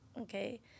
Okay